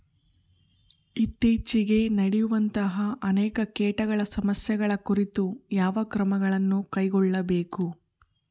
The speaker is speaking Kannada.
ಇತ್ತೇಚಿಗೆ ನಡೆಯುವಂತಹ ಅನೇಕ ಕೇಟಗಳ ಸಮಸ್ಯೆಗಳ ಕುರಿತು ಯಾವ ಕ್ರಮಗಳನ್ನು ಕೈಗೊಳ್ಳಬೇಕು?